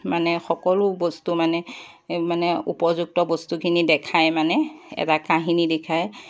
মানে সকলো বস্তু মানে এই মানে উপযুক্ত বস্তুখিনি দেখায় মানে এটা কাহিনী দেখায়